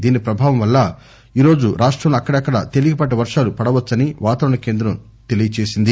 దీని ప్రభావం వల్ల ఈ రోజు రాష్టంలో అక్కడక్కడా తేలికపాటి వర్షాలు పడవచ్చని వాతావరణ కేంద్రం పేర్కొంది